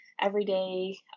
everyday